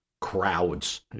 Crowds